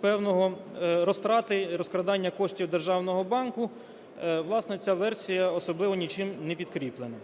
певної розтрати і розкрадання коштів державного банку, власне, ця версія особливо нічим не підкріплена.